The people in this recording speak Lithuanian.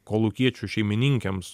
kolūkiečių šeimininkėms